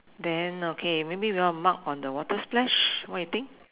then okay maybe we all mark on the water splash what you think